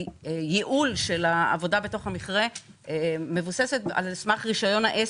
--- וייעול של העבודה בתוך המכרה מבוסס על סמך רישיון העסק.